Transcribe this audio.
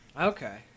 Okay